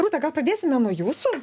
rūta gal pradėsime nuo jūsų